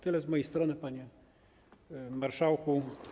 Tyle z mojej strony, panie marszałku.